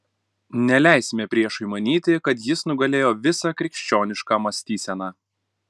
neleisime priešui manyti kad jis nugalėjo visą krikščionišką mąstyseną